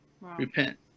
repent